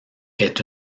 est